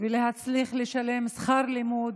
ולהצליח לשלם שכר לימוד,